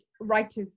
writers